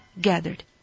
gathered